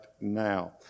now